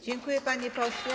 Dziękuję, panie pośle.